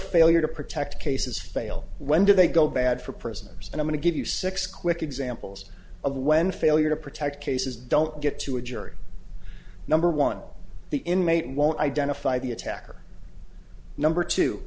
failure to protect cases fail when do they go bad for prisoners and i want to give you six quick examples of when failure to protect cases don't get to a jury number one the inmate won't identify the attacker number t